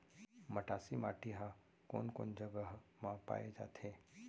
मटासी माटी हा कोन कोन जगह मा पाये जाथे?